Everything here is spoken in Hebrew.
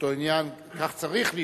אותו עניין, כך צריך להיות,